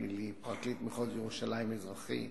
פלילי, פרקליט מחוז ירושלים, אזרחי,